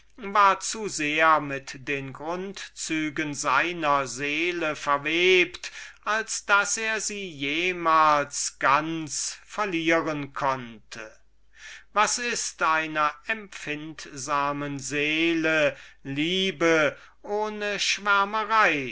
waren zu sehr mit den grundzügen seiner seele verweht als daß er sie sobald verlieren konnte oder vielleicht jemals verlieren wird was ist für eine delikate seele liebe